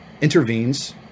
intervenes